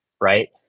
right